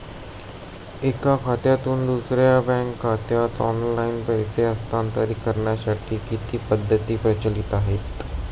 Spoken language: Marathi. एका खात्यातून दुसऱ्या बँक खात्यात ऑनलाइन पैसे हस्तांतरित करण्यासाठी किती पद्धती प्रचलित आहेत?